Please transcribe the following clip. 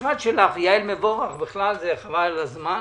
במשרד שלך, ויעל מבורך בכלל זה חבל על הזמן.